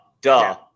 Duh